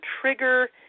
trigger